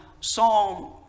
Psalm